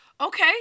Okay